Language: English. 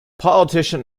politician